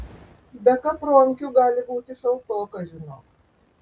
be kapronkių gali būti šaltoka žinok